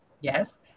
yes